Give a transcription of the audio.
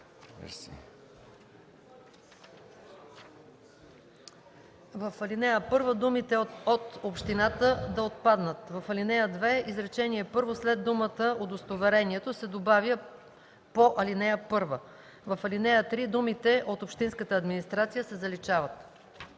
В ал. 1 думите „от общината” да отпаднат. В ал. 2 изречение първо след думата „удостоверението” се добавя „по ал. 1”. В ал. 3 думите „от общинската администрация” се заличават.